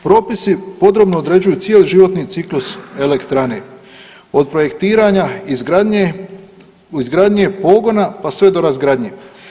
Propisi podrobno određuju cijeli životni ciklus elektrane od projektiranja, izgradnje, izgradnje pogona pa sve do razgradnje.